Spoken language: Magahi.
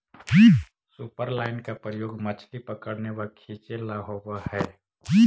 सुपरलाइन का प्रयोग मछली पकड़ने व खींचे ला होव हई